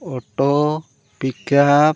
auto pickup